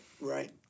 Right